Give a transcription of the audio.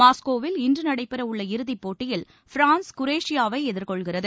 மாஸ்கோவில் இன்று நடைபெற உள்ள இறுதிப்போட்டியில் பிரான்ஸ் குரேஷியாவை எதிர்கொள்கிறது